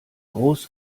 groß